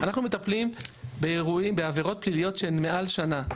אנחנו מטפלים בעבירות פליליות שהן מעל שנה.